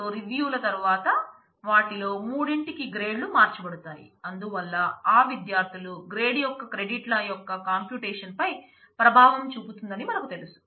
ఇప్పుడు రివ్యూల ల యొక్క కంప్యూటేషన్ పై ప్రభావం చూపుతుందని మనకు తెలుసు